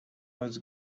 was